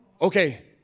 Okay